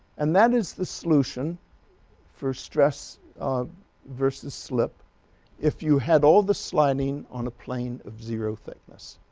and that is the solution for stress um versus slip if you had all the sliding on a plane of zero thickness,